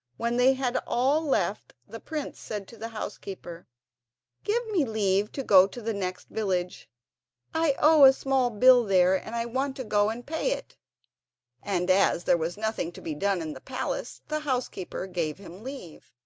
when they had all left, the prince said to the housekeeper give me leave to go to the next village i owe a small bill there, and i want to go and pay it' and as there was nothing to be done in the palace the housekeeper gave him leave.